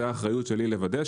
זה האחריות שלי לוודא,